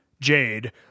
Jade